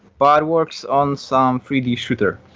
but works on some three d shooter,